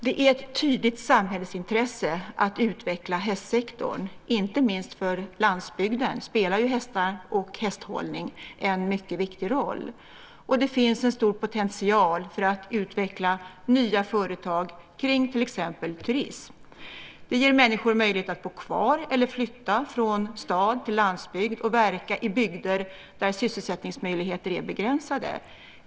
Det är ett tydligt samhällsintresse att utveckla hästsektorn. Hästar och hästhållning spelar en mycket viktig roll inte minst för landsbygden. Det finns en stor potential för att utveckla nya företag kring till exempel turism. Det ger människor möjlighet att bo kvar eller flytta från stad till landsbygd och verka i bygder där sysselsättningsmöjligheterna är begränsade.